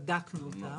בדקנו אותם.